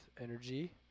Energy